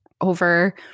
over